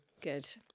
Good